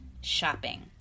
shopping